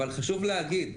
אבל חשוב להגיד,